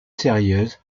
sérieuses